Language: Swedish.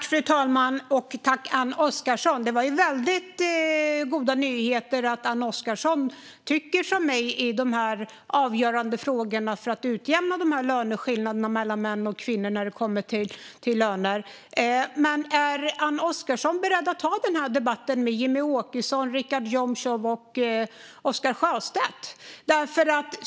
Fru talman! Det var väldigt goda nyheter att Anne Oskarsson tycker som jag i de avgörande frågorna för att utjämna löneskillnaderna mellan män och kvinnor. Är Anne Oskarsson beredd att ta denna debatt med Jimmie Åkesson, Richard Jomshof och Oscar Sjöstedt?